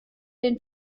den